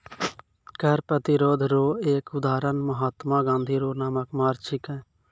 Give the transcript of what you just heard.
कर प्रतिरोध रो एक उदहारण महात्मा गाँधी रो नामक मार्च छिकै